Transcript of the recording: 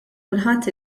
kulħadd